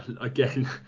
Again